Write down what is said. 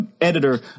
editor